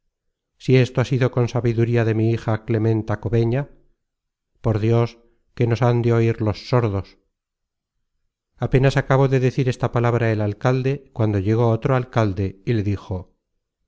si esto ha sido con sabiduría de mi hija clementa cobeña por dios que nos han de oir los sordos apenas acabó de decir esta palabra el alcalde cuando llegó otro alcalde y le dijo